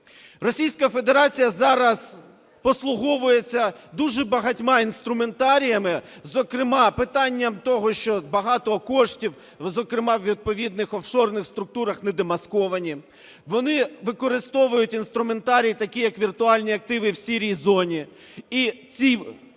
Російська Федерація зараз послуговується дуже багатьма інструментаріями, зокрема питанням того, що багато коштів, зокрема, у відповідних офшорних структурах недомасковані. Вони використовують інструментарій такий, як віртуальні активи в "сірій" зоні.